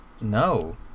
No